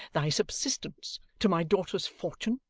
thy subsistance, to my daughter's fortune?